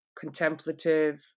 contemplative